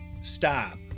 stop